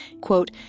quote